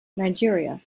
nigeria